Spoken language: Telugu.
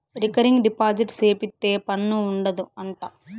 రికరింగ్ డిపాజిట్ సేపిత్తే పన్ను ఉండదు అంట